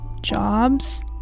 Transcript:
jobs